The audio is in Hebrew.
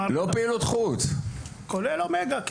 כולל אומגה.